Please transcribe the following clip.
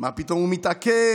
מה פתאום הוא מתעקש?